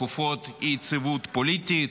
תקופות אי-יציבות פוליטית